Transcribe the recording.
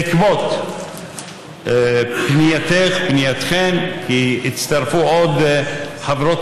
בעקבות פנייתך, פנייתכן, כי הצטרפו עוד חברות